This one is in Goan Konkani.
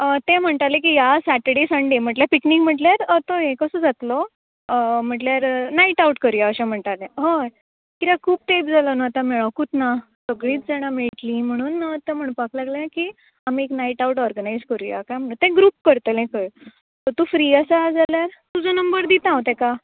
तें म्हणटाले कि ह्या सॅटडे संडे म्हटल्यार पिकनीक म्हटल्यार तो हे कसो जातलो म्हटल्यार नायट आउट करुया अशें म्हणटा तें कित्याक खूब तेंप जालो न्हू आतां मेळोकूच ना सगळीच जाणां मेळटली म्हणून ते म्हणपाक लागले की आमी एक नायट ऑर्गनायज करुया काय म्हणून ते ग्रूप करतलें खंय तू फ्री आसा जाल्यार तुजो नंबर दिता हांव तेका